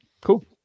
Cool